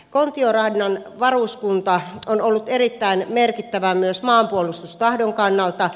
kontiorannan varuskunta on ollut erittäin merkittävä myös maanpuolustustahdon kannalta